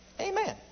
Amen